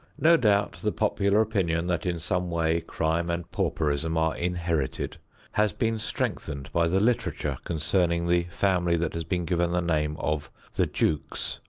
no doubt the popular opinion that in some way crime and pauperism are inherited has been strengthened by the literature concerning the family that has been given the name of the jukes.